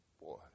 Boy